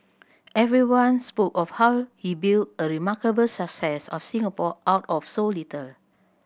everyone spoke of how he built a remarkable success of Singapore out of so little